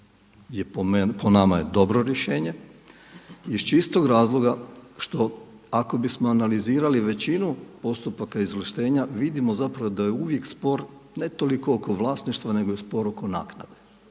po nama je dobro rješenje. Iz čistog razloga što ako bismo analizirali većinu postupaka izvlaštenja vidimo zapravo da je uvijek spor ne toliko oko vlasništva nego je spor oko naknade.